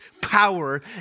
power